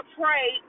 pray